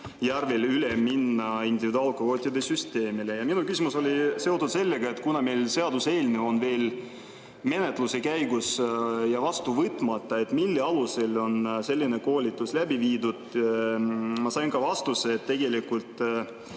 järvel üle minna individuaalkvootide süsteemile. Minu küsimus oli seotud sellega, et kuna meil seaduseelnõu on veel menetluse käigus ja vastu võtmata, siis mille alusel selline koolitus läbi viiakse. Ma sain vastuse, et PERK